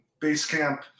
Basecamp